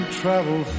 travel